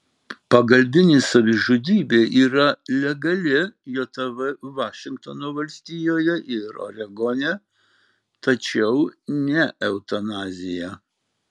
pagalbinė savižudybė yra legali jav vašingtono valstijoje ir oregone tačiau ne eutanazija